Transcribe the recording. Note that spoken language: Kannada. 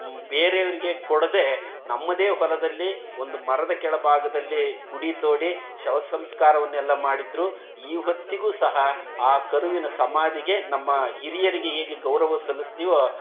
ಬೇರೆಯವ್ರಿಗೆ ಕೊಡದೇ ನಮ್ಮದೇ ಹೊಲದಲ್ಲಿ ಒಂದು ಮರದ ಕೆಳಭಾಗದಲ್ಲಿ ಗುಡಿ ತೋಡಿ ಶವಸಂಸ್ಕಾರವನ್ನೆಲ್ಲ ಮಾಡಿದರು ಈ ಹೊತ್ತಿಗೂ ಸಹ ಆ ಕರುವಿನ ಸಮಾಧಿಗೆ ನಮ್ಮ ಹಿರಿಯರಿಗೆ ಹೇಗೆ ಗೌರವ ಸಲ್ಲಿಸ್ತೀವೊ